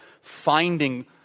finding